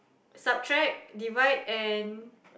subtract divide and